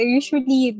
usually